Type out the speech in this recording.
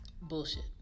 Bullshit